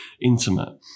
intimate